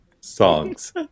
songs